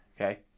Okay